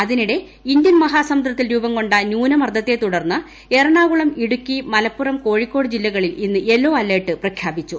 അതിനിടെ ഇന്ത്യൻ മഹാസമുദ്രത്തിൽ രൂപംകൊ ന്യൂനമർദത്തെ തുടർന്ന് എറണാകുളം ഇടുക്കി മലപ്പുറം കോഴിക്കോട് ജില്ലകളിൽ ഇന്ന് യെല്ലോ അലർട്ട് പ്രഖ്യാപിച്ചു